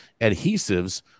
adhesives